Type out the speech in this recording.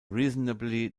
reasonably